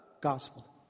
gospel